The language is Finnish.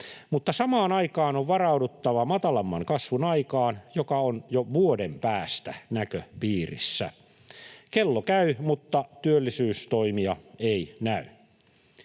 Mutta samaan aikaan on varauduttava matalamman kasvun aikaan, joka on jo vuoden päästä näköpiirissä. Kello käy, mutta työllisyystoimia ei näy.